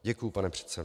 Děkuji, pane předsedo.